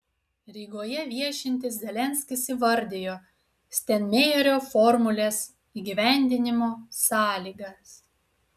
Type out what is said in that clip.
rygoje viešintis zelenskis įvardijo steinmeierio formulės įgyvendinimo sąlygas